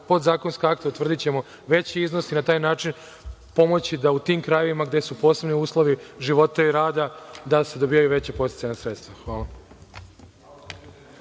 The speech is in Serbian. podzakonska akta, utvrdićemo veći iznos i na taj način pomoći da u tim krajevima, gde su posebni uslovi života i rada, da se dobijaju veća podsticajna sredstva. Hvala.